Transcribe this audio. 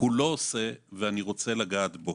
אינו עושה ואני רוצה לגעת בו,